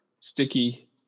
sticky